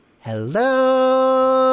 hello